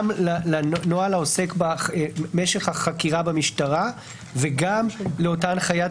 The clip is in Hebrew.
לנוהל העוסק במשך החקירה במשטרה וגם לאותה הנחית יועץ?